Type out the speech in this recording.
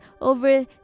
over